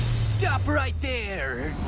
stop right there.